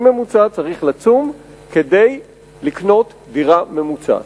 כדי לקנות דירה ממוצעת.